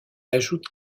ajoute